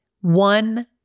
one